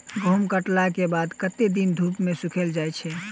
गहूम कटला केँ बाद कत्ते दिन धूप मे सूखैल जाय छै?